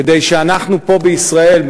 כדי שאנחנו פה בישראל,